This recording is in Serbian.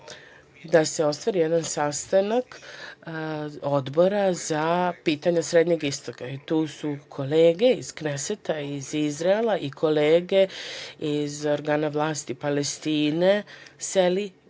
da se ostvari jedan sastanak Odbora za pitanja srednjeg istoga, tu su kolege iz Kneseta, iz Izraela i kolege iz organa vlasti Palestine seli